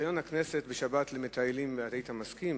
בשבת למטיילים, היית מסכים?